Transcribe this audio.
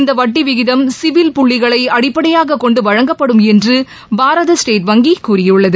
இந்த வட்டி விகிதம் சிவில் புள்ளிகளை அடிப்படையாக கொண்டு வழங்கப்படும் என்று பாரத ஸ்டேட் வங்கி கூறியுள்ளது